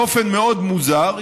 באופן מאוד מוזר,